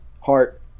heart